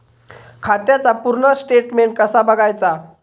खात्याचा पूर्ण स्टेटमेट कसा बगायचा?